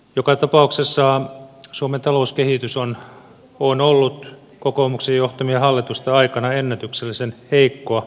joka tapauksessa suomen talouskehitys on ollut kokoomuksen johtamien hallitusten aikana ennätyksellisen heikkoa